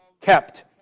kept